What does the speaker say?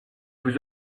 vous